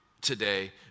today